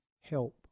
help